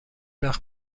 وقت